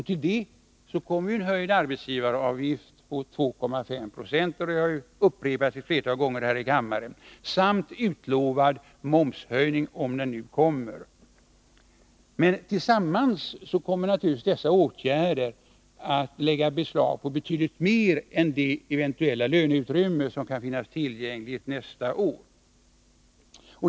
Till detta kommer en höjd arbetsgivaravgift på 2,5 20 — det har upprepats flera gånger här i kammaren — samt utlovad momshöjning, om den nu kommer. Tillsammans lägger dessa åtgärder beslag på betydligt mer än hela det löneutrymme som kan finnas tillgängligt nästa år.